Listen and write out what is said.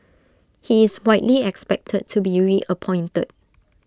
he is widely expected to be reappointed